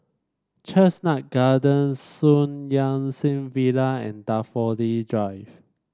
Chestnut Gardens Sun Yat Sen Villa and Daffodil Drive